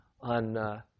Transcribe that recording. on